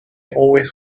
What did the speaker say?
always